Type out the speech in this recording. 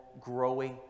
growing